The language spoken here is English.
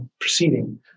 proceeding